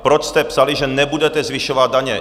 Proč jste psali, že nebudete zvyšovat daně?